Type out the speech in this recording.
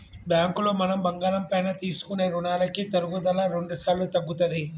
బ్యాంకులో మనం బంగారం పైన తీసుకునే రుణాలకి తరుగుదల రెండుసార్లు తగ్గుతది